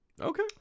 Okay